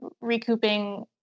recouping